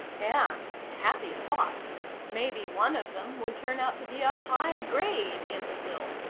and happy thought maybe one of them would turn out to be a high grade imbecile,